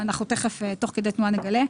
נגלה תוך כדי תנועה.